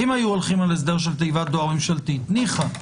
אם הולכים על הסדר של תיבת דואר ממשלתית ניחא.